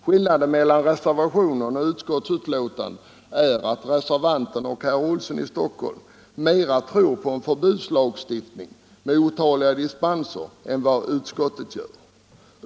Skillnaden mellan reservationen och utskottsbetänkandet är att reservanten och herr Olsson i Stockholm tror mera på en förbudslagstiftning med otaliga dispenser än vad utskottet gör.